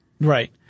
Right